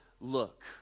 look